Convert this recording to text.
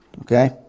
okay